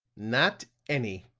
not any.